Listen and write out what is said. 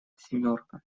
семерка